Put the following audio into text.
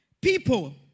People